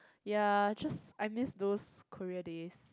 ya just I miss those Korea days